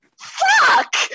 Fuck